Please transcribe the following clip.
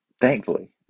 Thankfully